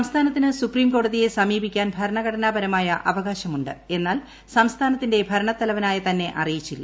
സംസ്ഥാനത്തിന് സുപ്രീംകോടതിയെ സമീപിക്കാൻ ഭരണഘടനാപരമായ അവകാശമു എന്നാൽ സംസ്ഥാനത്തിന്റെ ഭരണത്തലവനായ തന്നെ അറിയിച്ചില്ല